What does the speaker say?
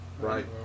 right